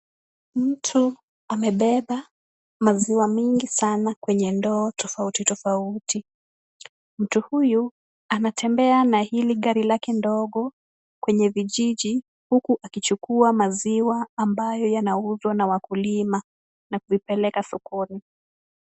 Mtu amebeba maziwa mingi sana kwenye ndoo tofauti tofauti, mtu huyu anatembea na hili gari lake ndogo kwenye vijiji, huku akichukua maziwa ambayo yanauzwa na wakulima na kuipeleka sokoni.